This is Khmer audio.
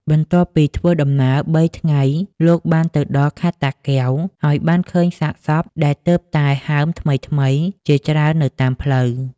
បន្ទាប់ពីធ្វើដំណើរ ៣ ថ្ងៃ លោកបានទៅដល់ខេត្តតាកែវ ហើយបានឃើញសាកសពដែលទើបតែហើមថ្មីៗជាច្រើននៅតាមផ្លូវ។